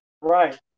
Right